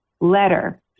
letter